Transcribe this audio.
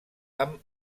amb